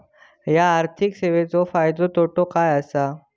हया आर्थिक सेवेंचो फायदो तोटो काय आसा?